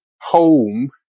home